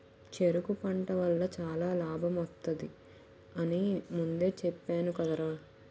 చెరకు పంట వల్ల చాలా లాభమొత్తది అని ముందే చెప్పేను కదరా?